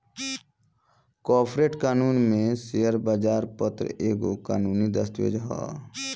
corporate कानून में share प्रमाण पत्र एगो कानूनी दस्तावेज हअ